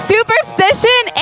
Superstition